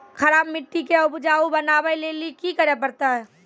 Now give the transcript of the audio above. खराब मिट्टी के उपजाऊ बनावे लेली की करे परतै?